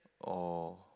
oh